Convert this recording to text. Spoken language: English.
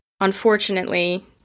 unfortunately